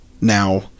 now